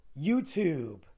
YouTube